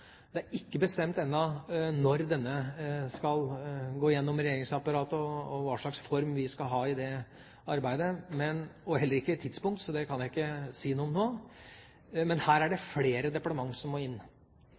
er ennå ikke bestemt tidspunkt for når denne skal gå gjennom regjeringsapparatet, og hva slags form dette arbeidet skal ha, så det kan jeg ikke si noe om nå. Men her er det flere departementer som må inn.